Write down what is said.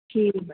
ਠੀਕ